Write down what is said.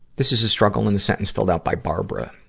this is a struggle in a sentence filled out by barbara.